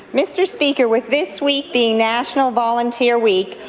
mr. speaker, with this week being national volunteer week,